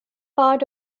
part